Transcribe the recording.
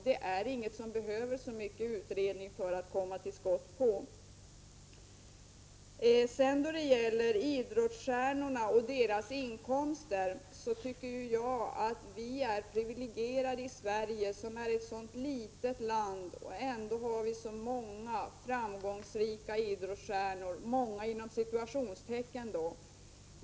Det behövs inte så mycket utredning för att komma till skott på den punkten. När det sedan gäller idrottsstjärnorna och deras inkomster tycker jag att vi är privilegierade i Sverige som är ett mycket litet land och ändå har så ”många” framgångsrika idrottsstjärnor.